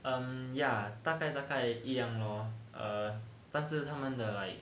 um ya 大概大概一样 lor err 但是他们的 like